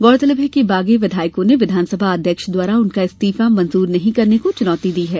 गौरतलब है कि बागी विधायकों ने विधानसभा अध्यक्ष द्वारा उनका इस्तीफा मंजूर नहीं करने को चुनौती दी है